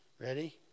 Ready